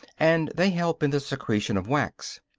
and they help in the secretion of wax.